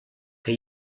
que